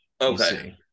Okay